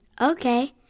Okay